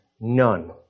none